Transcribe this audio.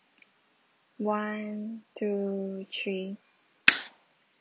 one two three